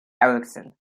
erickson